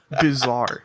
bizarre